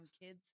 kids